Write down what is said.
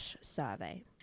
survey